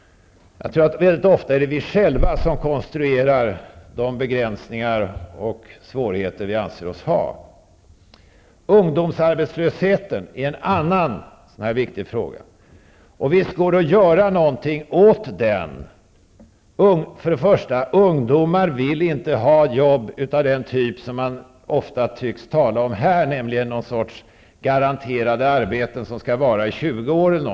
Mycket ofta är det vi själva som konstruerar de begränsningar och svårigheter vi anser oss ha. Ungdomsarbetslösheten är en annan viktig fråga. Visst går det att göra någonting åt den. Ungdomar vill inte ha jobb av den typ man ofta tycks tala om här, nämligen någon sorts garanterade arbeten som skall vara i 20 år.